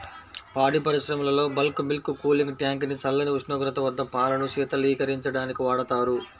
పాడి పరిశ్రమలో bulk milk cooling tank ని చల్లని ఉష్ణోగ్రత వద్ద పాలను శీతలీకరించడానికి వాడతారు